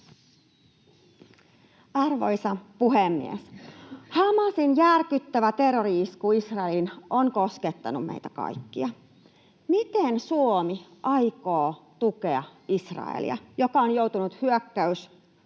Arvoisa puhemies! Hamasin järkyttävä terrori-isku Israeliin on koskettanut meitä kaikkia. Miten Suomi aikoo tukea Israelia, joka on joutunut hyökkäyssodan